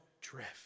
drift